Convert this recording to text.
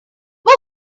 what